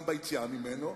גם ביציאה ממנו,